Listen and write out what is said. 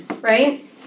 right